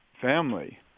family